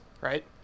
right